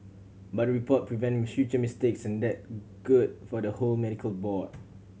but the report prevent future mistakes and that good for the whole medical board